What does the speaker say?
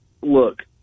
look